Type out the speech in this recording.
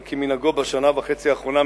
אבל כמנהגו בשנה וחצי האחרונות,